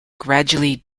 gradually